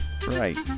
Right